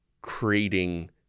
creating